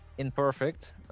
imperfect